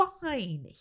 fine